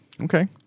Okay